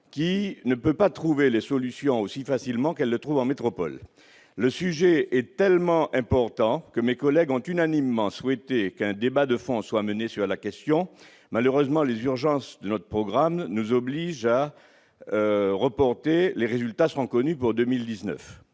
qui ne peut pas trouver les solutions aussi facilement qu'elle le trouve en métropole, le sujet est tellement important que mes collègues ont unanimement souhaité qu'un débat de fond soit menée sur la question, malheureusement, les urgences de notre programme, nous oblige à reporter les résultats seront connus pour 2019